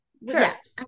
Yes